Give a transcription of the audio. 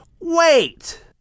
Wait